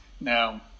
Now